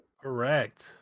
Correct